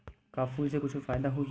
का फूल से कुछु फ़ायदा होही?